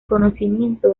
conocimiento